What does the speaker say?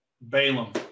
Balaam